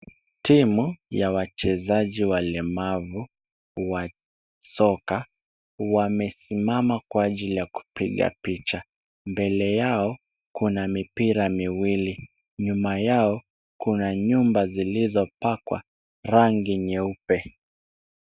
Timu ya wachezaji walemavu wa soka wamesimama kwa ajili ya kupiga picha. Mbele yao kuna mipira miwili. Nyuma yao kuna nyumba zilizopakwa rangi nyeupe.